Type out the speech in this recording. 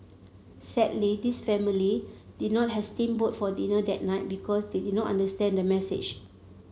sadly this family did not has steam boat for dinner that night because they did not understand the message